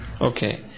Okay